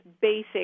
basic